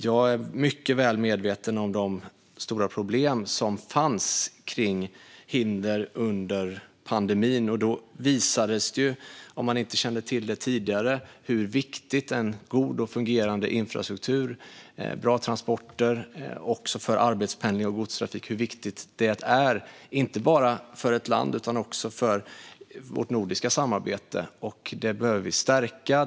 Jag är mycket väl medveten om de stora problem som fanns med hinder under pandemin. Då visades det, även för dem som inte kände till det tidigare, hur viktigt det är med god och fungerande infrastruktur och bra transporter, även för arbetspendling och godstrafik, inte bara för ett land utan också för vårt nordiska samarbete. Detta behöver vi stärka.